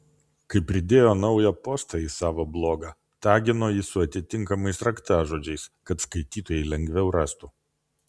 kai pridėjo naują postą į savo blogą tagino jį su atitinkamais raktažodžiais kad skaitytojai lengviau rastų